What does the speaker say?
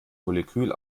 molekül